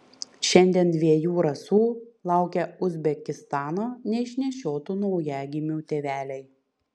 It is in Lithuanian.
šiandien dviejų rasų laukia uzbekistano neišnešiotų naujagimių tėveliai